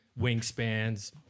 wingspans